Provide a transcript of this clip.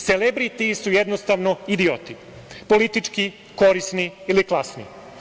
Selebriti su jednostavno idioti, politički korisni ili klasni.